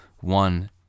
one